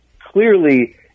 clearly